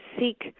seek